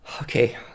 Okay